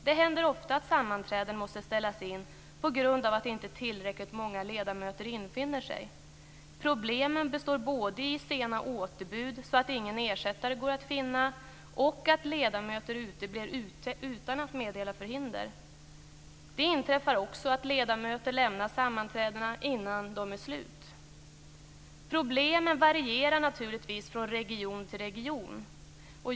Det händer ofta att sammanträden måste ställas in på grund av att inte tillräckligt många ledamöter infinner sig. Problemen består både i sena återbud så att ingen ersättare går att finna och i att ledamöter uteblir utan att meddela förhinder. Det inträffar också att ledamöter lämnar sammanträdena innan de är slut. Problemen varierar naturligtvis från region till region.